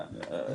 עליהם.